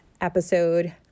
episode